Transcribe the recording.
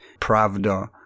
Pravda